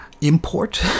import